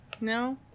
No